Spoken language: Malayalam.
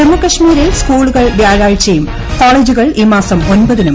ജമ്മു കശ്മീരിൽ സ്കൂളുകൾ വ്യാഴാഴ്ചയും കോളേജുകൾ ഈ മാസം ഒമ്പതിനും തുറക്കും